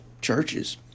churches